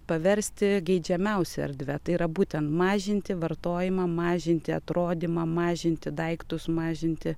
paversti geidžiamiausia erdve tai yra būtent mažinti vartojimą mažinti atrodymą mažinti daiktus mažinti